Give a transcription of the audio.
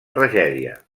tragèdia